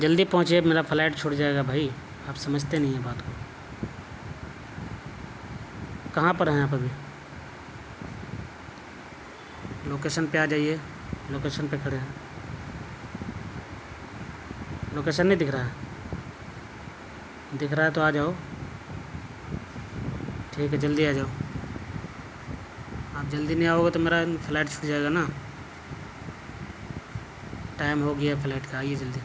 جلدی پہنچیے میرا فلائٹ چھوٹ جائے گا بھائی آپ سمجھتے ہیں نہیں بات کو کہاں پر ہیں آپ ابھی لوکیشن پہ آ جائیے لوکیشن پہ کھڑے ہیں لوکیشن نہیں دکھ رہا دکھ رہا تو آ جاؤ ٹھیک ہے جلدی آ جاؤ جلدی نہیں آؤگے تو میرا فلائٹ چھوٹ جائے گا نا ٹائم ہو گیا فلائٹ کا آئیے جلدی